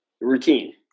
routine